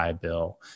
Bill